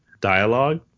dialogue